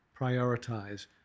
prioritize